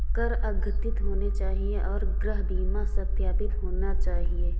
कर अद्यतित होने चाहिए और गृह बीमा सत्यापित होना चाहिए